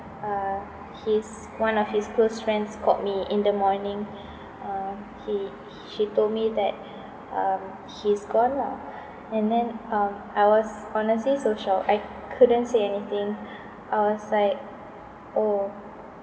(uh)his one of his close friends called me in the morning uh he h~ she told me that um he's gone lah and then um I was honestly so shocked I couldn't say anything I was like oh